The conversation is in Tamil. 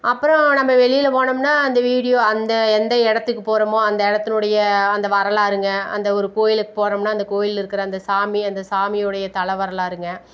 அப்புறம் நம்ம வெளியில் போனம்னால் அந்த வீடியோ அந்த எந்த இடத்துக்கு போகிறோமோ அந்த இடத்தினுடைய அந்த வரலாறுங்க அந்த ஒரு கோயிலுக்கு போகிறோம்னா ஒரு கோயிலில் இருக்கிற அந்த சாமி அந்த சாமி உடைய தல வரலாறுங்க